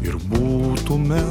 ir būtume